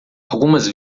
algumas